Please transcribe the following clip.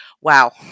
wow